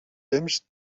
temps